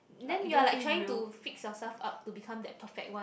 then you're like trying to fix yourself up to become that perfect one